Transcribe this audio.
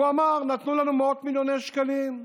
והוא אמר: נתנו לנו מאות מיליוני שקלים.